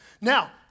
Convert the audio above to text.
Now